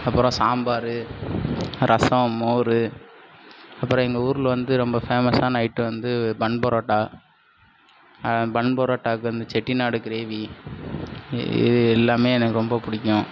அப்புறம் சாம்பார் ரசம் மோர் அப்புறம் எங்கள் ஊரில் வந்து ரொம்ப ஃபேமஸான ஐட்டம் வந்து பன் பரோட்டா பன் பரோட்டாவுக்கு வந்து செட்டி நாடு கிரேவி இது எல்லாமே எனக்கு ரொம்ப பிடிக்கும்